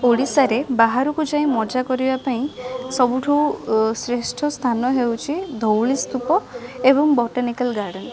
ଓଡ଼ିଶାରେ ବାହାରକୁ ଯାଇ ମଜା କରିବାପାଇଁ ସବୁଠୁ ଉ ଶ୍ରେଷ୍ଠସ୍ଥାନ ହେଉଛି ଧଉଳିସ୍ତୁପ ଏବଂ ବଟନିକାଲ୍ ଗାର୍ଡ଼େନ୍